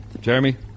Jeremy